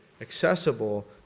accessible